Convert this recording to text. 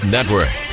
Network